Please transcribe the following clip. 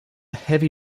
heavy